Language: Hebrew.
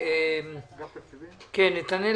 נתנאל